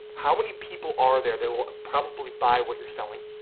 how many people are there that will probably buy what you're selling?